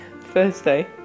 Thursday